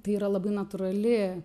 tai yra labai natūrali